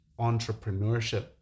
entrepreneurship